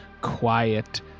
quiet